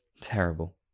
Terrible